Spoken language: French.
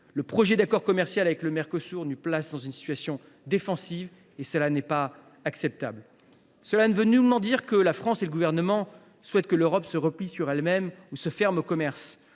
Le projet d’accord commercial avec le Mercosur nous place en situation défensive et ce n’est pas acceptable. Cela ne signifie nullement que la France et le Gouvernement souhaitent que l’Europe se replie sur elle même et se ferme au commerce.